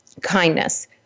kindness